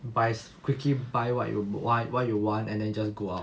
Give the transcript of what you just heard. buys quickly buy what you why what you want and then just go out